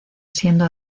siendo